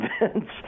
events